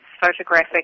photographic